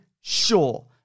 sure